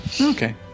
Okay